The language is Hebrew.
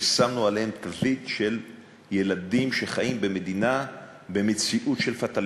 ששמנו עליהם תווית של ילדים שחיים במדינה במציאות של פטאליזם,